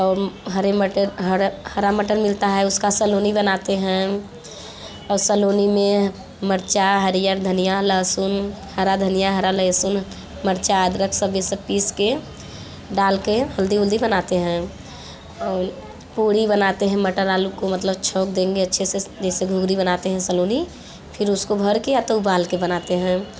और हरे मटर हर हरा मटर मिलता है उसका सलोनी बनाते हैं और सलोनी में मिर्च हरा धनिया लहसुन हरा धनिया हरा लहसुन र्मिर्च अदरक सब ये सब पीस के डाल के हल्दी वल्दी बनाते हैं पूरी बनाते हैं मटर आलू का मतलब छोंक देंगे अच्छे से जैसे घुंघुनी बनाते हैं सलोनी फिर उसको भर के या तो उबाल के बनाते हैं